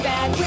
Bad